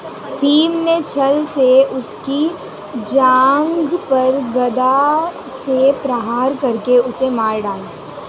भीम ने छ्ल से उसकी जांघ पर गदा से प्रहार करके उसे मार डाला